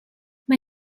mae